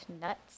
nuts